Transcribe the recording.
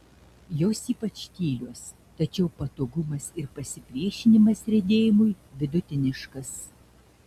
jos ypač tylios tačiau patogumas ir pasipriešinimas riedėjimui vidutiniškas